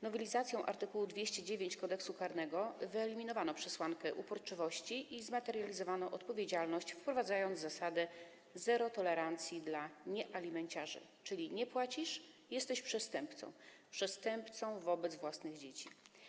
Nowelizacją art. 209 Kodeksu karnego wyeliminowano przesłankę uporczywości i zmaterializowano odpowiedzialność, wprowadzając zasadę: zero tolerancji dla niealimenciarzy, czyli nie płacisz, jesteś przestępcą, przestępcą wobec własnych dzieci.